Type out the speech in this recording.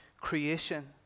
creation